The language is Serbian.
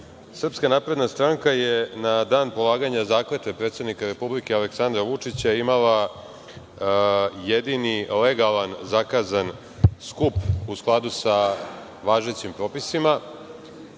napredna stranka je na dan polaganja zakletve predsednika Republike, Aleksandra Vučića, imala jedini legalan zakazan skup, u skladu sa važećim propisima,